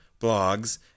blogs